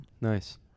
Nice